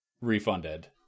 refunded